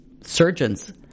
surgeons